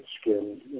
skin